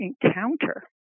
encounter